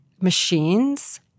machines